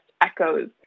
echoes